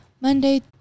Monday